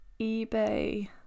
eBay